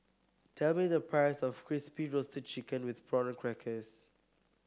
tell me the price of Crispy Roasted Chicken with Prawn Crackers